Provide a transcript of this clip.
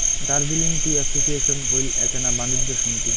Darjeeling tea association হইল এ্যাকনা বাণিজ্য সমিতি